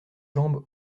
jambes